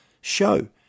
show